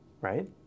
right